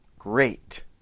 Great